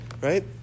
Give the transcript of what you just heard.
Right